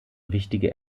wichtige